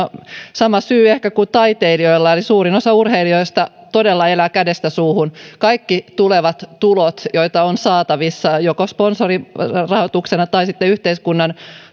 sama syy ehkä kuin taiteilijoilla eli suurin osa urheilijoista todella elää kädestä suuhun kaikki tulot joita on saatavissa joko sponsorirahoituksena tai sitten yhteiskunnan